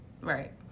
right